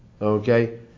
Okay